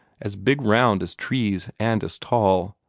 as big round as trees and as tall,